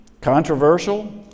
controversial